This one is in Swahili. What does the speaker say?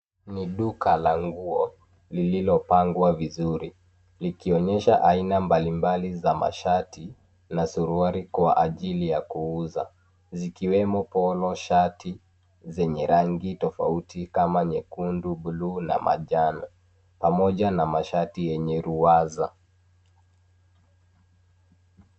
Ni duka la nguo, lililopangwa vizuri. Likionyesha aina mbali mbali za mashati, na suruali kwa ajili ya kuuza .Zikiwemo polo shati zenye rangi tofauti kama nyekundu , blue na manjano, pamoja na mashati yenye ruwaza.